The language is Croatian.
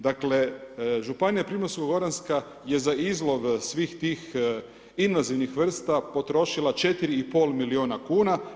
Dakle, županija Primorsko Goranska je za izlov svih tih invazivnih vrsta potrošila 4,5 milijuna kuna.